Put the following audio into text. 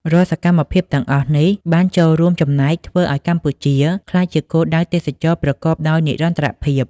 រាល់សកម្មភាពទាំងអស់នេះបានចូលរួមចំណែកធ្វើឱ្យកម្ពុជាក្លាយជាគោលដៅទេសចរណ៍ប្រកបដោយនិរន្តរភាព។